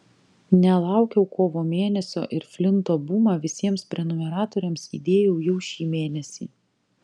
nelaukiau kovo mėnesio ir flinto bumą visiems prenumeratoriams įdėjau jau šį mėnesį